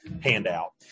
handout